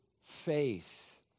faith